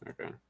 okay